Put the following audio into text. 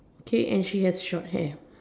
okay and she has short hair